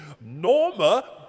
Norma